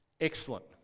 Excellent